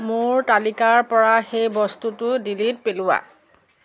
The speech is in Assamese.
মোৰ তালিকাৰপৰা সেই বস্তুটো ডিলিট পেলোৱা